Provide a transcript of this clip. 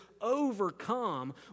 overcome